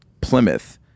Plymouth